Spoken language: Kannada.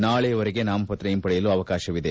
ನಾಳೆಯವರೆಗೆ ನಾಮಪತ್ರ ಹಿಂಪಡೆಯಲು ಅವಕಾಶವಿದೆ